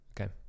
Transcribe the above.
Okay